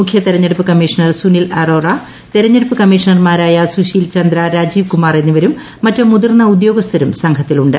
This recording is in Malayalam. മുഖ്യ തിരഞ്ഞെടുപ്പ് കമ്മീഷണർ സുനിൽ അറോറ തെരഞ്ഞെടുപ്പ് കമ്മീഷണർമാരായ ്സുശീൽ ചന്ദ്ര രാജീവ് കുമാർ എന്നിവരും മറ്റ് മുതിർന്ന ഉദ്യോഗസ്ഥരും സംഘത്തിലുണ്ട്